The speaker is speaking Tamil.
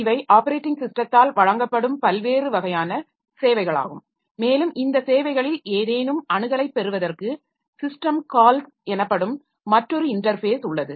இவை ஆப்பரேட்டிங் ஸிஸ்டத்தால் வழங்கப்படும் பல்வேறு வகையான சேவைகளாகும் மேலும் இந்த சேவைகளில் ஏதேனும் அணுகலைப் பெறுவதற்கு ஸிஸ்டம் கால்ஸ் எனப்படும் மற்றொரு இன்டர்ஃபேஸ் உள்ளது